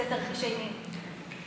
זה תרחיש אימים, אוקיי?